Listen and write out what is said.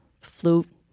flute